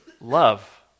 love